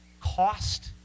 cost